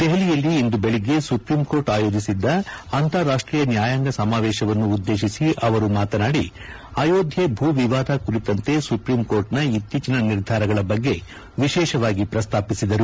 ದೆಪಲಿಯಲ್ಲಿ ಇಂದು ಬೆಳಗ್ಗೆ ಸುಪ್ರೀಂಕೋರ್ಟ್ ಆಯೋಜಿಸಿದ್ಲ ಅಂತಾರಾಷ್ಷೀಯ ನ್ನಾಯಾಂಗ ಸಮಾವೇಶವನ್ನು ಉದ್ಲೇಶಿಸಿ ಅವರು ಮಾತನಾಡಿ ಅಯೋಧ್ಲೆ ಭೂ ವಿವಾದ ಕುರಿತಂತೆ ಸುಪ್ರೀಂಕೋರ್ಟ್ನ ಇತ್ತೀಚಿನ ನಿರ್ಧಾರಗಳ ಬಗ್ಗೆ ವಿಶೇಷವಾಗಿ ಪ್ರಸ್ತಾಪಿಸಿದರು